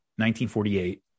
1948